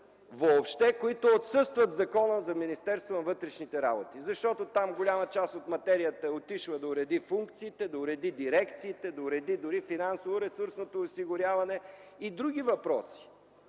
въобще, които отсъстват в Закона за Министерството на вътрешните работи. Там голяма част от материята е отишла да уреди функциите, да уреди дирекциите, да уреди дори финансово ресурсното осигуряване и други въпроси